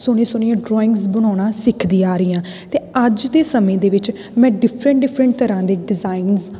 ਸੋਹਣੀਆਂ ਸੋਹਣੀਆਂ ਡਰਾਇੰਗਸ ਬਣਾਉਣਾ ਸਿੱਖਦੀ ਆ ਰਹੀ ਹਾਂ ਅਤੇ ਅੱਜ ਦੇ ਸਮੇਂ ਦੇ ਵਿੱਚ ਮੈਂ ਡਿਫਰੈਂਟ ਡਿਫਰੈਂਟ ਤਰ੍ਹਾਂ ਦੇ ਡਿਜ਼ਾਇਨਸ